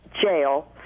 jail